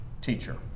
teacher